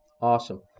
awesome